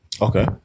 Okay